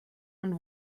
und